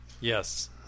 Yes